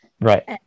Right